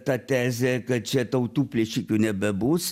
ta tezė kad čia tautų plėšikių nebebus